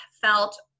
felt